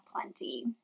plenty